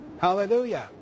Hallelujah